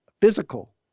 physical